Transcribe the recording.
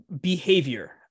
behavior